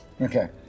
Okay